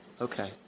Okay